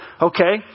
Okay